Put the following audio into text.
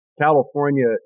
California